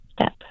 step